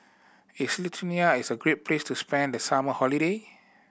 is Lithuania a great place to spend the summer holiday